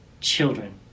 Children